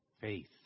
faith